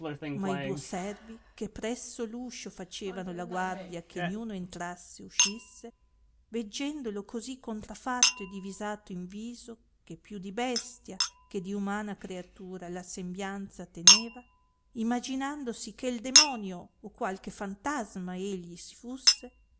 ma i duo servi che presso l uscio facevano la guardia che niuno entrasse o uscisse veggendolo cosi contrafatto e divisato in viso che più di bestia che di umana creatura la sembianza teneva imaginandosi che il demonio o qualche fantasma egli si fusse